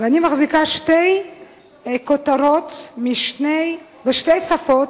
ואני מחזיקה שתי כותרות בשתי שפות,